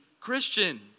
Christian